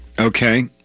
Okay